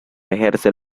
ejerce